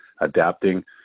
adapting